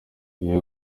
iyo